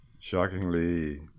shockingly